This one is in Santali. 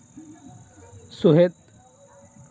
ᱥᱩᱦᱮᱫ